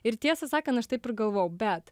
ir tiesą sakant aš taip ir galvojau bet